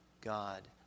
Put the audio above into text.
God